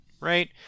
right